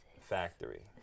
Factory